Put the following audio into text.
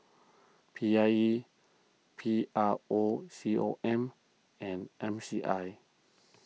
P I E P R O C O M and M C I